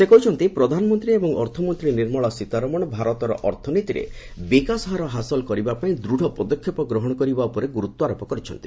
ସେ କହିଛନ୍ତି ପ୍ରଧାନମନ୍ତ୍ରୀ ଏବଂ ଅର୍ଥମନ୍ତ୍ରୀ ନିର୍ମଳା ସୀତାରମଣ ଭାରତର ଅର୍ଥନୀତିରେ ବିକାଶହାର ହାସଲ କରିବା ପାଇଁ ଦୂଢ ପଦକ୍ଷେପ ଗ୍ରହଣ କରିବା ଉପରେ ଗୁରୁତ୍ୱାରୋପ କରିଛନ୍ତି